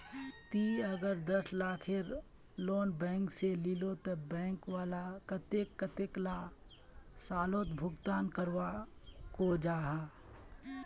ती अगर दस लाखेर लोन बैंक से लिलो ते बैंक वाला कतेक कतेला सालोत भुगतान करवा को जाहा?